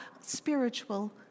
spiritual